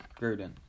Gruden